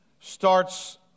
starts